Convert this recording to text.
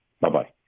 Bye-bye